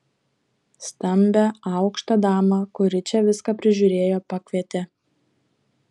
stambią aukštą damą kuri čia viską prižiūrėjo pakvietė